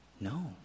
No